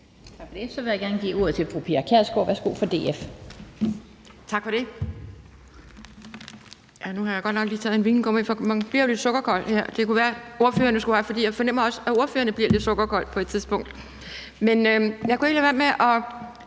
Tak for det.